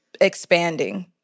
expanding